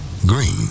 Green